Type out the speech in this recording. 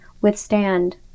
withstand